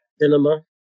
cinema